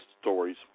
stories